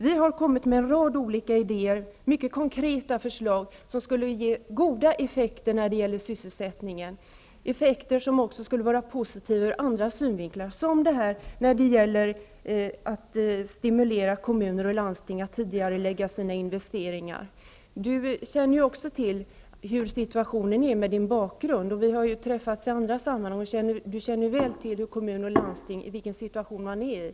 Vi har kommit med en rad olika idéer och konkreta förslag som skulle ge goda effekter för sysselsättningen, effekter som också skulle vara positiva ur andra synvinklar, t.ex. förslaget att stimulera kommuner och landsting att tidigarelägga sina investeringar. Börje Hörnlund med sin bakgrund känner väl till situationen i kommuner och landsting -- vi har ju träffats i andra sammanhang.